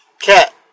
cat